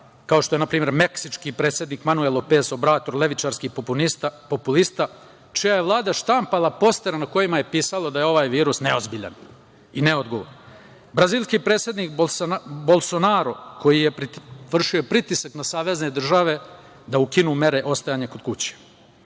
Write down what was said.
kao što je npr. meksički predsednik Manuel Lopez Obrador, levičarski populista, čija je vlada štampala postere na kome je pisalo da je ovaj virus neozbiljan i neodgovoran. Brazilski predsednik Bolsonaro, koji je vršio pritisak na savezne države da ukinu mere ostajanja kod